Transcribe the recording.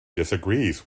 disagrees